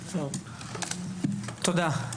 תודה.